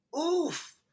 oof